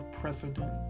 president